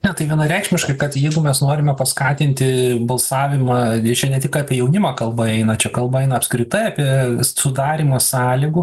ne tai vienareikšmiškai kad jeigu mes norime paskatinti balsavimą ir čia ne tik apie jaunimą kalba eina čia kalba eina apskritai apie sudarymą sąlygų